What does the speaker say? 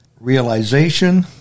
realization